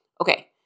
Okay